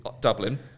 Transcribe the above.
Dublin